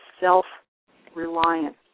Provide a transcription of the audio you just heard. self-reliant